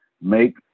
Make